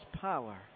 power